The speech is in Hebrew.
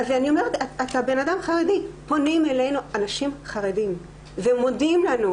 פונים אלינו אנשים חרדים ומודים לנו.